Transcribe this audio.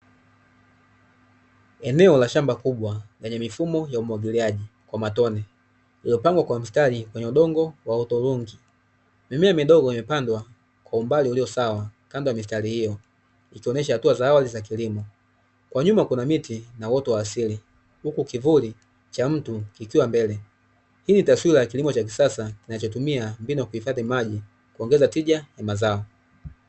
Eneo la shamba kubwa lenye mifumo ya umwagiliaji kwa matone yaliyopangwa kwa mistari kwenye udongo wa utorongi. Mimea midogo imepandwa kwa umbali ulio sawa kando ya mistari hiyo ikionyesha hatua za awali za kilimo kwa nyuma kuna miti na uoto wa asili huku kivuli cha mtu kikiwa mbele hii ni taswira ya kilimo cha kisasa kinacho mbinu ya kuhifadhi maji kuongeza tija kwenye mazao.